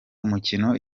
umukino